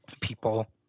people